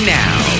now